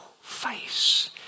face